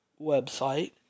website